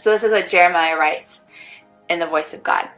so this, is what jeremiah writes and the voice of god?